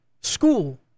school